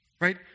Right